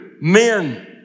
men